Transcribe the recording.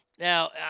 Now